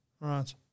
right